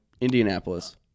Indianapolis